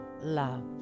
love